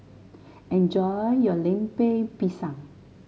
enjoy your Lemper Pisang